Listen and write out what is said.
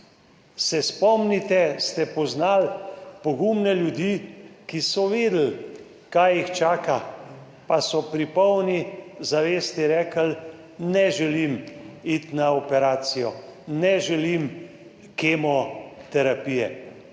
Se spomnite, ste poznali pogumne ljudi, ki so vedeli, kaj jih čaka, pa so pri polni zavesti rekli, ne želim iti na operacijo, ne želim kemoterapije.